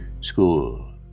school